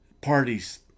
parties